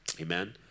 Amen